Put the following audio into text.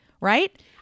Right